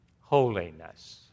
holiness